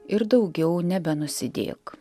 ir daugiau nebenusidėk